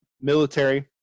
Military